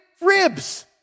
ribs